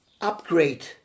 upgrade